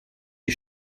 die